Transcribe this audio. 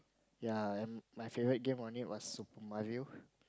ya and my favourite game only was Super-Mario